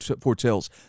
foretells